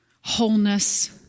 wholeness